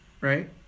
right